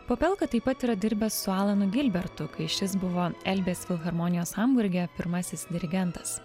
popelka taip pat yra dirbęs su alenu gilbertu kai šis buvo elbės filharmonijos hamburge pirmasis dirigentas